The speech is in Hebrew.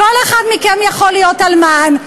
כל אחד מכם יכול להיות אלמן,